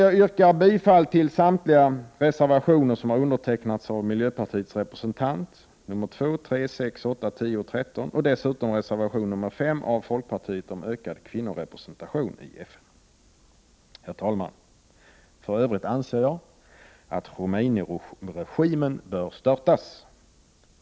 Jag yrkar bifall till samtliga reservationer som undertecknats av miljöpartiets representant, nr 2, 3, 6, 8, 10 och 13, samt reservation 5 av folkpartiet om ökad kvinnorepresentation i FN. Herr talman! För övrigt anser jag att Khomeiniregimen bör störtas.